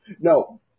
No